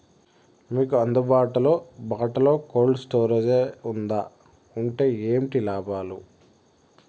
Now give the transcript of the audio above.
మీకు అందుబాటులో బాటులో కోల్డ్ స్టోరేజ్ జే వుందా వుంటే ఏంటి లాభాలు?